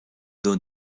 don